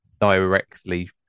directly